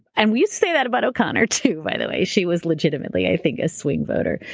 and we used to say that about o'connor too, by the way. she was legitimately, i think, a swing voter.